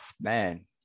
Man